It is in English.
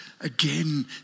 again